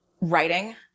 writing